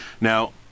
Now